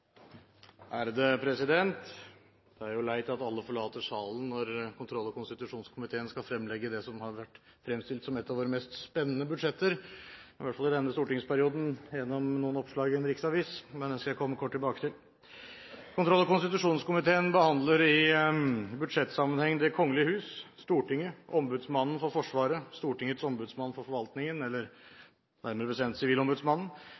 er ferdigbehandlet. Det er jo leit at alle forlater salen når kontroll- og konstitusjonskomiteen skal fremlegge det som har vært fremstilt som et av våre mest spennende budsjetter, i hvert fall i denne stortingsperioden, gjennom noen oppslag i en riksavis, men det skal jeg komme kort tilbake til. Kontroll- og konstitusjonskomiteen behandler i budsjettsammenheng Det kongelige hus, Stortinget, Ombudsmannsnemnda for Forsvaret, Stortingets ombudsmann for